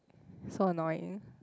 so annoying